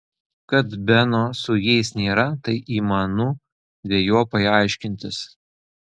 kad beno su jais nėra tai įmanu dvejopai aiškintis